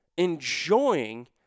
enjoying